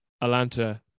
Atlanta